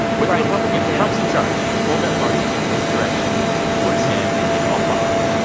with republicans, trump's in charge. he's pulled that party in his direction towards him, and they've all followed.